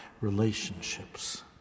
relationships